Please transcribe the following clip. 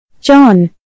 John